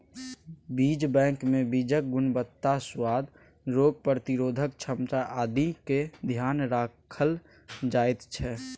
बीज बैंकमे बीजक गुणवत्ता, सुआद, रोग प्रतिरोधक क्षमता आदिक ध्यान राखल जाइत छै